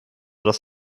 dass